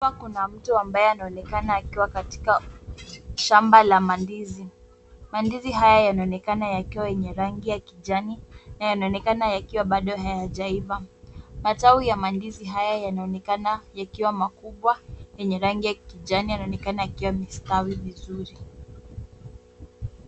Hapa kuna mtu ambaye anaonekana akiwa katika shamba la mandizi. Mandizi haya yanaonekana yakiwa yenye rangi ya kijani na yanaonekana yakiwa bado hayajaiva. Matawi ya mandizi haya yanaonekana yakiwa makubwa yenye rangi ya kijani, yanaonekna yakiwa yamestawi vizuri.